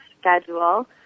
schedule